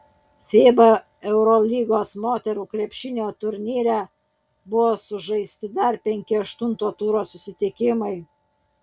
fiba eurolygos moterų krepšinio turnyre buvo sužaisti dar penki aštunto turo susitikimai